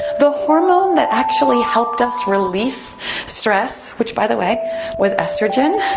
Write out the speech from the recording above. the hormone that actually helped us release stress, which by the way was estrogen,